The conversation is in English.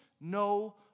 no